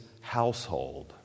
household